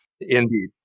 Indeed